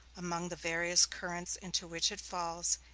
among the various currents into which it falls,